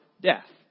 death